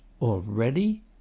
Already